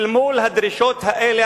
אל מול הדרישות האלה,